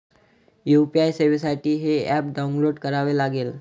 UPI सेवेसाठी हे app download करावे लागेल